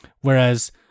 Whereas